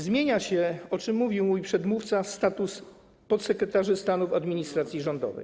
Zmienia się, o czym mówił mój przedmówca, status podsekretarzy stanu w administracji rządowej.